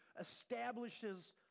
establishes